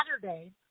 Saturday